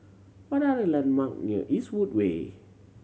what are the landmark near Eastwood Way